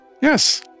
Yes